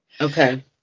Okay